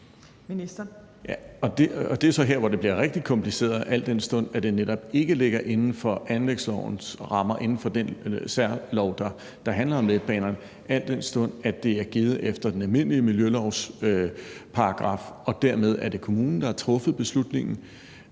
Det er jo så her, hvor det bliver rigtig kompliceret, al den stund at det netop ikke ligger inden for anlægslovens rammer, inden for den særlov, der handler om letbanerne, al den stund at det er givet efter den almindelige miljølovs paragraf. Dermed er det kommunen, der har truffet beslutningen,